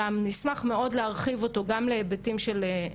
אלימות נגד נשים יחד עם עוד אנשים פה סביב השולחן.